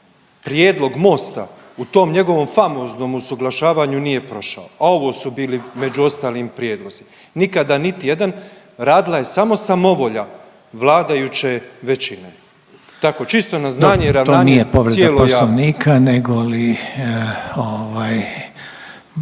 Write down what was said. prijedlog Mosta u tom njegovom famoznom usuglašavanju nije prošao. A ovo su bili među ostalim prijedlozi. Nikada niti jedan, radila je samo samovolja vladajuće većine. Tako, čisto na znanje i ravnanje cijeloj javnosti.